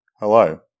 Hello